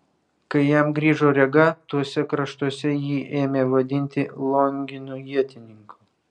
kai jam grįžo rega tuose kraštuose jį ėmė vadinti longinu ietininku